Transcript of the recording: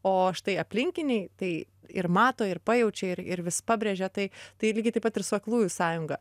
o štai aplinkiniai tai ir mato ir pajaučia ir ir vis pabrėžia tai tai lygiai taip pat ir su aklųjų sąjunga